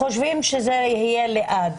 אנחנו חושבים שזה יהיה לעד,